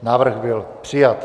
Návrh byl přijat.